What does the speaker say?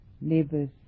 Neighbors